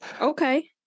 Okay